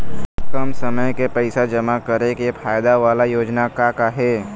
कम समय के पैसे जमा करे के फायदा वाला योजना का का हे?